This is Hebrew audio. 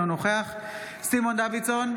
אינו נוכח סימון דוידסון,